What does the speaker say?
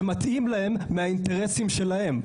שמתאים להם מהאינטרסים שלהם,